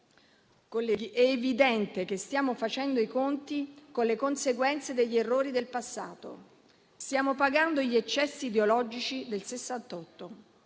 è evidente che stiamo facendo i conti con le conseguenze degli errori del passato. Stiamo pagando gli eccessi ideologici del